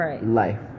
life